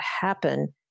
happen